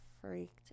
freaked